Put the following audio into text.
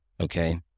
Okay